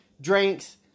drinks